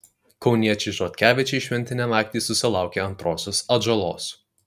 kauniečiai žotkevičiai šventinę naktį susilaukė antrosios atžalos